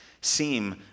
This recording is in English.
seem